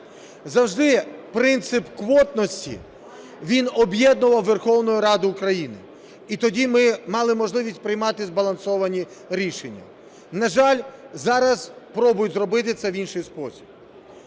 Завжди принцип квотності, він об'єднував Верховну Раду України, і тоді ми мали можливість приймати збалансовані рішення. На жаль, зараз пробують зробити це в інший спосіб.